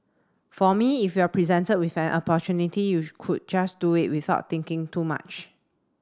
for me if you are presented with an opportunity you could just do it without thinking too much